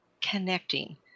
connecting